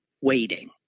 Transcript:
waiting